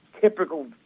typical